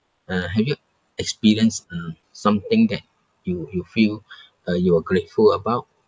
uh have you experienced uh something that you you feel uh you were grateful about